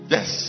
Yes